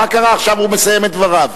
עכשיו הוא מסיים את דבריו.